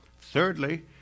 Thirdly